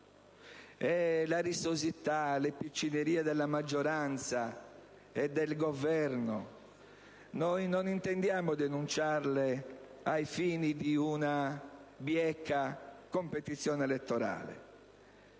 La rissosità e le piccinerie della maggioranza e del Governo non intendiamo denunciarle ai fini di una bieca competizione elettorale.